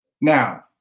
Now